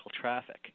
traffic